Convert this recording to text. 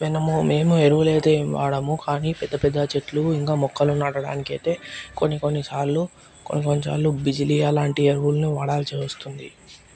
మనం మేము ఎరువులు అయితే ఏమి వాడము కానీ పెద్ద పెద్ద చెట్లు ఇంకా మొక్కలు నాటడానికి అయితే కొన్ని కొన్ని సార్లు కొన్ని కొన్ని సార్లు బిజిలియా లాంటి ఎరువులను వాడాల్సి వస్తుంది